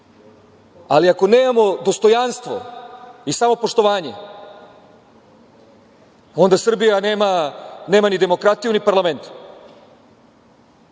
ali ako nemamo dostojanstvo i samopoštovanje onda Srbija nema ni demokratiju, ni parlament. Kakvi